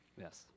Yes